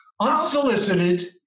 Unsolicited